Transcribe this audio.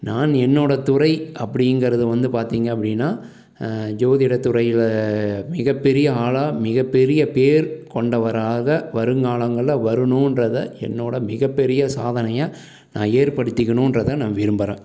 நான் என்னோடய துறை அப்படிங்குறது வந்து பார்த்திங்க அப்படினா ஜோதிட துறையில் மிகப்பெரிய ஆளாக மிகப்பெரிய பேர் கொண்டவராக வருங்காலங்களில் வரணுன்றதை என்னோடய மிகப்பெரிய சாதனையாக நான் ஏற்படுத்திக்கணுன்றதை நான் விரும்பறேன்